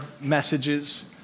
messages